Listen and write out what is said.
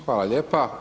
Hvala lijepo.